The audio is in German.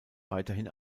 weiterhin